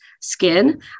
skin